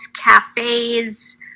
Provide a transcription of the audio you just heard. cafes